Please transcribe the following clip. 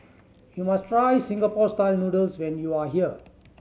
you must try Singapore Style Noodles when you are here